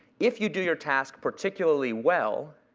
if you do your task particularly well,